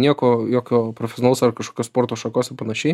nieko jokio profesionalaus ar kažkokios sporto šakos ir panašiai